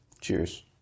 Cheers